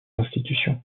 institutions